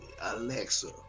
Alexa